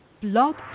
Blog